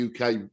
UK